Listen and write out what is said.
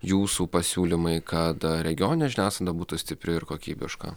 jūsų pasiūlymai kad regioninė žiniasklaida būtų stipri ir kokybiška